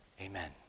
Amen